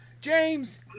James